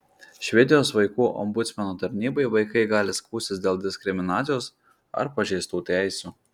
švedijos vaikų ombudsmeno tarnybai vaikai gali skųstis dėl diskriminacijos ar pažeistų teisių